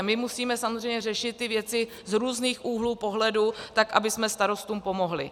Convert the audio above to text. My musíme samozřejmě řešit ty věci z různých úhlů pohledu tak, abychom starostům pomohli.